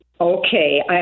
Okay